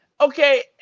Okay